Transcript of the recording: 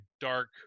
dark